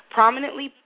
Prominently